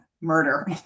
murder